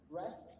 rest